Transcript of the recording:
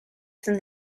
from